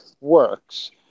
works